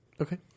Okay